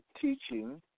teaching